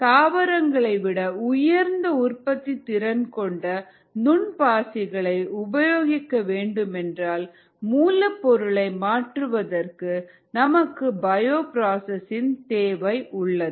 தாவரங்களை விட உயர்ந்த உற்பத்தி திறன் கொண்ட நுண் பாசிகளை உபயோகிக்க வேண்டுமென்றால் மூலப் பொருளை மாற்றுவதற்கு நமக்கு பயோபிராசஸ் இன் தேவை உள்ளது